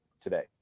today